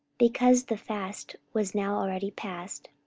because the fast was now already past,